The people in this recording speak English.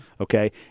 Okay